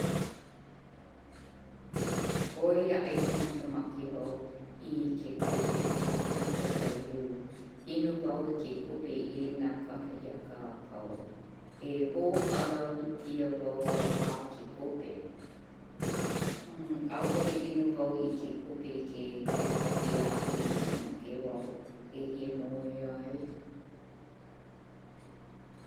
ʻOi aʻe ka makemake wau i ke kope me ka waiū. Inu wau i ke kope i nā kakahiaka apau. E hōʻala ʻia wau a ke kope. ʻAʻole inu wau i ke kope i ke ahiahi, makemake wau e hiamoe ai.